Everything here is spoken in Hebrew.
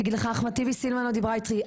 יגיד לך אחמד טיבי 'סילמן לא דיברה איתי',